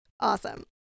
Awesome